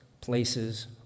places